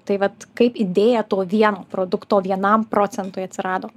tai vat kaip idėja to vieno produkto vienam procentui atsirado